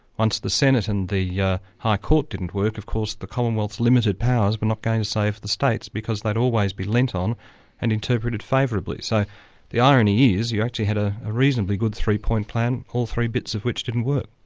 once the senate and the yeah high court didn't work of course, the commonwealth's limited powers were but not going to save the states, because they'd always be leant on and interpreted favourably. so the irony is, you actually had a ah reasonably good three-point plant, all three bits of which didn't work.